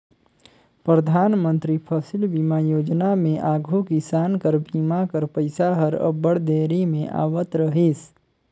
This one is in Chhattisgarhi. परधानमंतरी फसिल बीमा योजना में आघु किसान कर बीमा कर पइसा हर अब्बड़ देरी में आवत रहिस